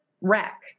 wreck